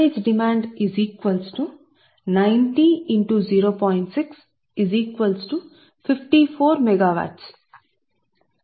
కాబట్టి సగటు డిమాండ్ గరిష్ట డిమాండ్ లోడ్ కారకం కాబట్టి సగటు డిమాండ్ 90 0